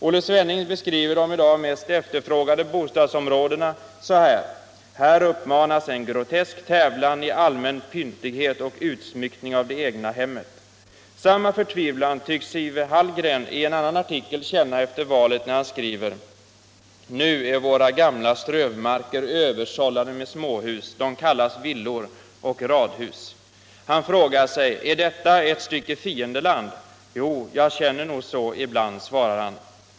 Olle Svenning beskriver de i dag mest efterfrågade bostadsområdena så här: ”Här uppammas en grotesk tävlan i allmän pyntighet och utsmyckning av det egna hemmet.” valet när han skriver: ”Nu är våra gamla strövmarker översållade med småhus — de kallas villor - och radhus.” Han frågar sig: ”Är deta ett stycke fiendeland? Jo, jag känner nog så ibland”, svarar han.